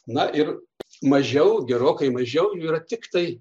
na ir mažiau gerokai mažiau yra tiktai